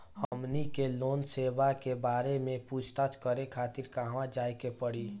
हमनी के लोन सेबा के बारे में पूछताछ करे खातिर कहवा जाए के पड़ी?